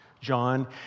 John